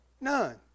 None